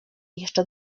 jeszcze